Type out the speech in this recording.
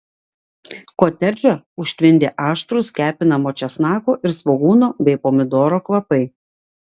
kotedžą užtvindė aštrūs kepinamo česnako ir svogūno bei pomidoro kvapai